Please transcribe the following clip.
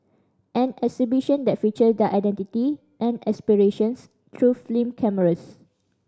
an exhibition that feature their identity and aspirations through cameras